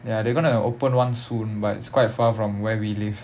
ya they are going to open one soon but it's quite far from where we live